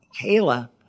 Kayla